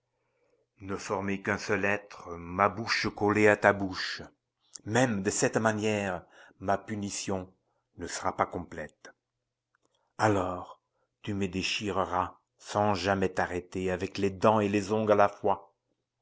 ne former qu'un seul être ma bouche collée à ta bouche même de cette manière ma punition ne sera pas complète alors tu me déchireras sans jamais t'arrêter avec les dents et les ongles à la fois